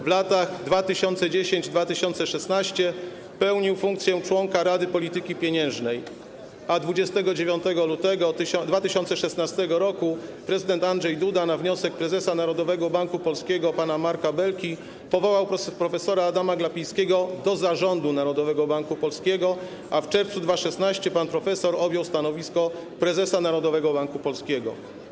W latach 2010-2016 pełnił funkcję członka Rady Polityki Pieniężnej, a 29 lutego 2016 r. prezydent Andrzej Duda na wniosek prezesa Narodowego Banku Polskiego pana Marka Belki powołał prof. Adama Glapińskiego do Zarządu Narodowego Banku Polskiego, a w czerwcu 2016 r. pan profesor objął stanowisko prezesa Narodowego Banku Polskiego.